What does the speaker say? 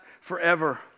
forever